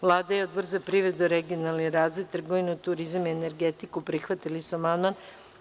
Vlada i Odbor za privredu, regionalni razvoj, trgovinu, turizam i energetiku prihvatili su amandman.